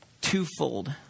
twofold